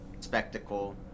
spectacle